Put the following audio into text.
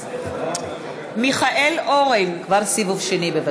סיבוב שני.